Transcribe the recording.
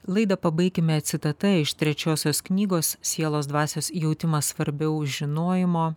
laidą pabaikime citata iš trečiosios knygos sielos dvasios jautimas svarbiau už žinojimą